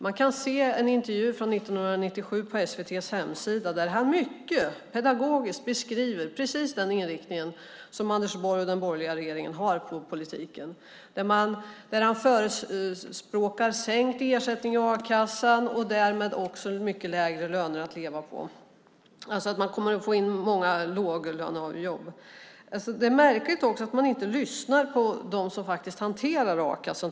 Man kan se en intervju med honom från 1997 på SVT:s hemsida där han mycket pedagogiskt beskriver precis den inriktning som Anders Borg och den borgerliga regeringen har på politiken. Han förespråkar sänkt ersättning i a-kassan och därmed också mycket lägre löner att leva på. Man kommer alltså att få in många låglönejobb. Jag tycker också att det är märkligt att man inte lyssnar på dem som faktiskt hanterar a-kassan.